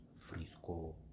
Frisco